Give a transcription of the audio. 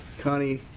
county